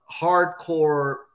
hardcore